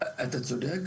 אתה צודק.